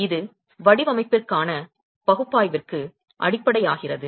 இது வடிவமைப்பிற்கான பகுப்பாய்விற்கு அடிப்படையாகிறது